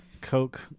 Coke